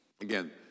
Again